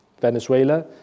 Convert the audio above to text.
Venezuela